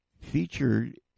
Featured